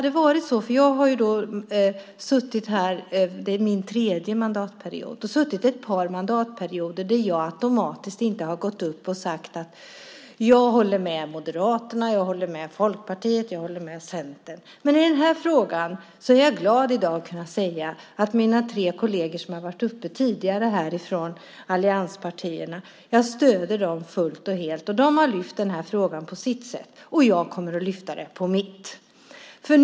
Det är min tredje mandatperiod. Jag har suttit ett par mandatperioder där jag automatiskt inte gått upp i debatten och sagt: Jag håller med Moderaterna, Folkpartiet och Centern. I den här frågan är jag i dag glad att kunna säga om mina tre kolleger från allianspartierna som tidigare har varit uppe i debatten: Jag stöder dem fullt och helt. De har lyft fram den här frågan på sitt sätt, och jag kommer att lyfta fram den på mitt sätt.